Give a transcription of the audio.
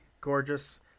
gorgeous